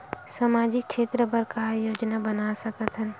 सामाजिक क्षेत्र बर का का योजना बना सकत हन?